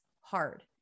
hard